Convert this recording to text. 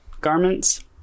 garments